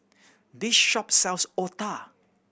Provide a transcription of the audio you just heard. this shop sells otah